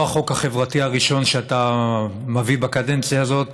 לא החוק החברתי הראשון שאתה מביא בקדנציה הזאת.